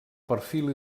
perfil